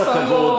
בכל הכבוד,